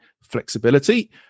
flexibility